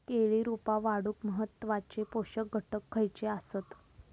केळी रोपा वाढूक महत्वाचे पोषक घटक खयचे आसत?